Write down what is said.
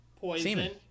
poison